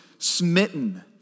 Smitten